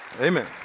Amen